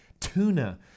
tuna